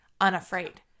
unafraid